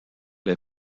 les